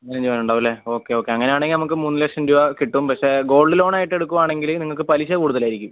പതിനഞ്ച് പവനുണ്ടാവും അല്ലേ ഓക്കേ ഓക്കേ അങ്ങനെയാണെങ്കിൽ നമുക്ക് മൂന്ന് ലക്ഷം രൂപ കിട്ടും പക്ഷേ ഗോൾഡ് ലോൺ ആയിട്ട് എടുക്കുവാണെങ്കിൽ നിങ്ങൾക്ക് പലിശ കൂടുതലായിരിക്കും